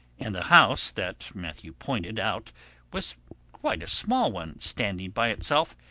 and the house that matthew pointed out was quite a small one standing by itself.